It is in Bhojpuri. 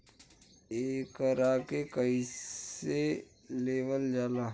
एकरके कईसे लेवल जाला?